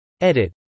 Edit